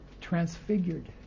transfigured